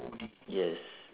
yes